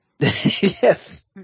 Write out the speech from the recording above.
Yes